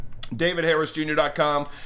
davidharrisjr.com